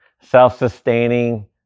self-sustaining